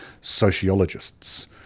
sociologists